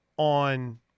On